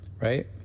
right